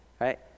right